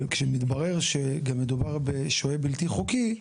אבל כשמתברר שמדובר בשוהה בלתי חוקי,